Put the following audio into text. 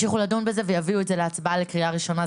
ויביאו את זה להצבעה בקריאה ראשונה.